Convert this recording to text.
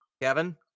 kevin